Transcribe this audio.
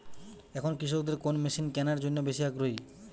এখন কৃষকদের কোন মেশিন কেনার জন্য বেশি আগ্রহী?